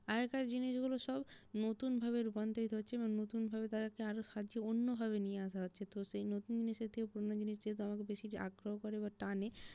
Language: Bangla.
আগেকার জিনিসগুলো সব নতুনভাবে রূপান্তরিত হচ্ছে এবং নতুনভাবে তাদেরকে আরও সাজিয়ে অন্যভাবে নিয়ে আসা হচ্ছে তো সেই নতুন জিনিসের থেকে পুরোনো জিনিস যেহেতু আমাকে বেশি যে আগ্রহ করে বা টানে